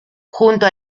junto